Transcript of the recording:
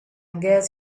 guess